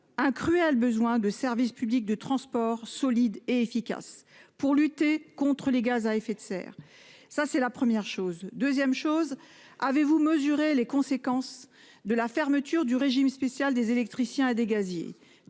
un cruel besoin de services publics de transport solide et efficace pour lutter contre les gaz à effet de serre, ça c'est la première chose 2ème chose. Avez-vous mesuré les conséquences de la fermeture du régime spécial des électriciens et des gaziers